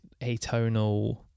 atonal